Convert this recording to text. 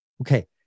Okay